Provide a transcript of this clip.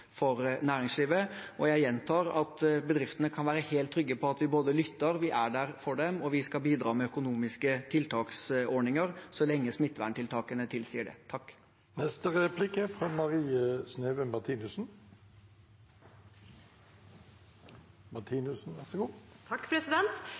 for næringslivet. Jeg gjentar at bedriftene kan være helt trygge på at vi både lytter, vi er der for dem, og vi skal bidra med økonomiske tiltaksordninger så lenge smitteverntiltakene tilsier det.